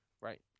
Right